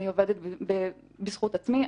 אני עובדת בזכות עצמי,